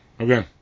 Okay